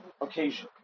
occasion